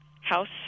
house